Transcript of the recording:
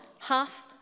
half